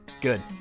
Good